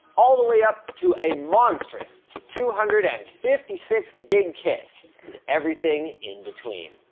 all the way up to a monstrous two hundred and fifty six gig kit and everything in between.